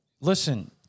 listen